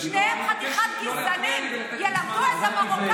בבקשה, נא לא להפריע.